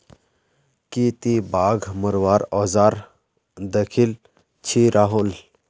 की ती बाघ मरवार औजार दखिल छि राहुल